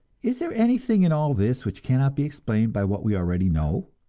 is there anything in all this which cannot be explained by what we already know?